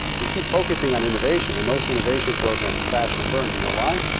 we keep focusing on innovation. and most innovation programs crash and burn. you know why?